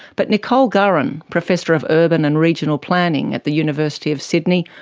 but nicole gurran, professor of urban and regional planning at the university of sydney,